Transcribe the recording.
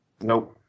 Nope